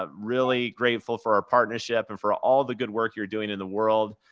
ah really grateful for our partnership and for all the good work you're doing in the world.